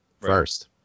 first